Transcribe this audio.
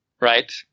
right